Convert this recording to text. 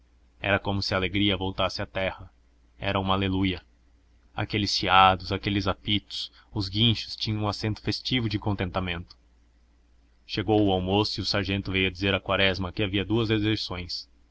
era como se a alegria voltasse à terra era uma aleluia aqueles chiados aqueles apitos os guinchos tinham um acento festivo de contentamento chegou o almoço e o sargento veio dizer a quaresma que havia duas deserções